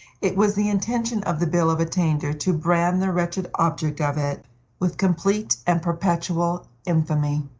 it was the intention of the bill of attainder to brand the wretched object of it with complete and perpetual infamy.